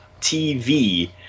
TV